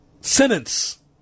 sentence